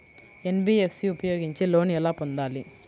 NBFC ఉపయోగించి loan ఎలా పొందాలి?